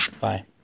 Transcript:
Bye